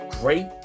great